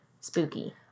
spooky